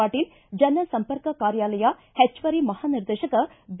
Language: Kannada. ಪಾಟೀಲ್ ಜನ ಸಂಪರ್ಕ ಕಾರ್ಯಾಲಯ ಪೆಚ್ಚುವರಿ ಮಹಾ ನಿರ್ದೇಶಕ ಬಿ